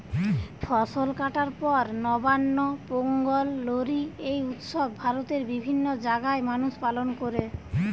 ফসল কাটার পর নবান্ন, পোঙ্গল, লোরী এই উৎসব ভারতের বিভিন্ন জাগায় মানুষ পালন কোরে